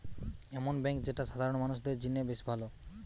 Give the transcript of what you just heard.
এমন বেঙ্ক যেটা সাধারণ মানুষদের জিনে বেশ ভালো